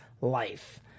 life